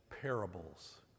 parables